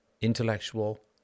intellectual